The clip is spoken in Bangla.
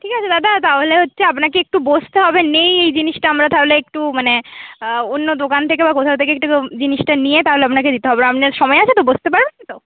ঠিক আছে দাদা তাহলে হচ্ছে আপনাকে একটু বসতে হবে নেই এই জিনিসটা আমরা তাহলে একটু মানে অন্য দোকান থেকে বা কোথাও থেকে জিনিসটা নিয়ে তাহলে আপনাকে দিতে হবে আপনার সময় আছে তো বসতে পারবেন তো